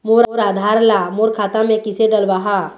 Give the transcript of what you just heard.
मोर आधार ला मोर खाता मे किसे डलवाहा?